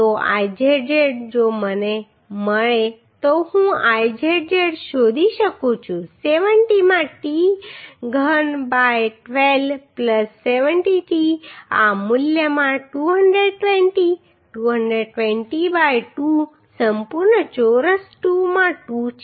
તો Izz જો મને મળે તો હું Izz શોધી શકું છું 70 માં t ઘન બાય 12 70t આ મૂલ્યમાં 220 220 બાય 2 સંપૂર્ણ ચોરસ 2 માં 2 છે